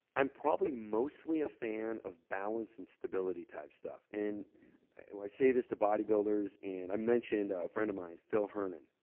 i'm probably mostly a fan of balance and stability type stuff. i say this to bodybuilders and i mentioned a friend of mine, phil hernon,